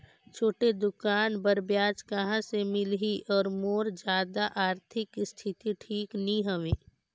छोटे दुकान बर ब्याज कहा से मिल ही और मोर जादा आरथिक स्थिति ठीक नी हवे?